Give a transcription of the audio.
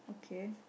okay